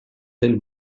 del